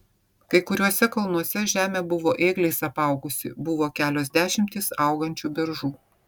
kai kuriuose kalnuose žemė buvo ėgliais apaugusi buvo kelios dešimtys augančių beržų